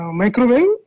microwave